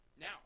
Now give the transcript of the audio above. Now